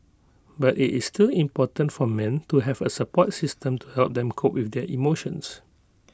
but IT is still important for men to have A support system to help them cope with their emotions